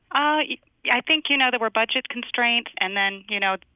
i yeah think you know there were budget constraints, and then, you know,